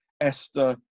Esther